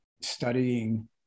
studying